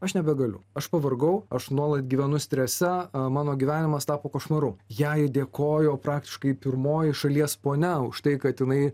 aš nebegaliu aš pavargau aš nuolat gyvenu stresą mano gyvenimas tapo košmaru jei dėkojo praktiškai pirmoji šalies ponia už tai kad jinai